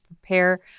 prepare